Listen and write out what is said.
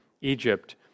Egypt